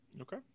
Okay